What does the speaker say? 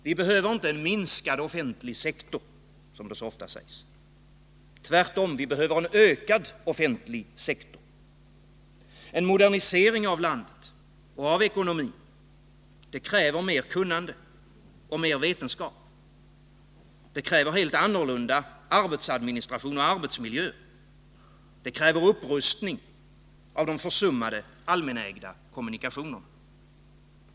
Vi behöver inte en minskning av den offentliga sektorn som så ofta påstås. Tvärtom behöver vi en ökning av den offentliga sektorn och en modernisering av landet och ekonomin. Detta kräver mer kunnande och mer vetenskap, det kräver en helt annan arbetsadministration och arbetsmiljö. Vidare kräver det upprustning av de försummade allmänägda kommunikationerna.